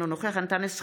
אינו נוכח אנטאנס שחאדה,